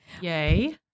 Yay